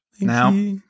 Now